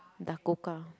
Dakota